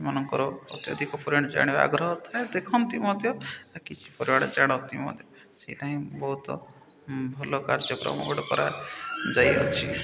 ସେମାନଙ୍କର ଅତ୍ୟଧିକ ପରିମାଣରେ ଜାଣିବା ଆଗ୍ରହ ଥାଏ ଦେଖନ୍ତି ମଧ୍ୟ କିଛି ପରିମାଣରେ ଜାଣନ୍ତି ମଧ୍ୟ ସେଇଟା ହିଁ ବହୁତ ଭଲ କାର୍ଯ୍ୟକ୍ରମ ଗୋଟେ କରାଯାଇଅଛି